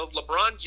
LeBron